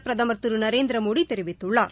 பிரதமர் திரு நரேந்திர மோடி தெரிவித்துள்ளார்